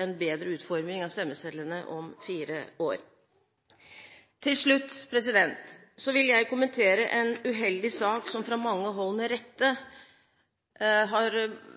en bedre utforming av stemmesedlene om fire år. Til slutt vil jeg kommentere en uheldig sak som det fra mange hold – med rette – har